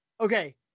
okay